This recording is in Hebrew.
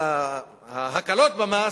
ההקלות במס,